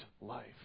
life